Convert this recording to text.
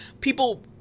people